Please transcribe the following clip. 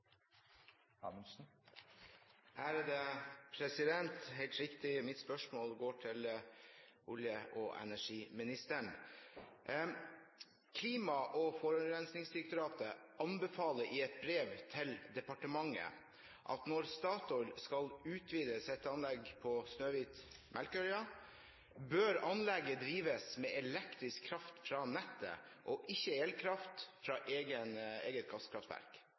forurensningsdirektoratet anbefaler i et brev til departementet at når Statoil skal utvide sitt anlegg på Snøhvit/Melkøya, bør anlegget drives med elektrisk kraft fra nettet og ikke elkraft